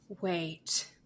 Wait